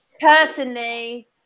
Personally